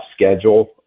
schedule